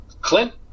Clint